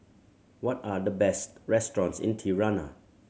what are the best restaurants in Tirana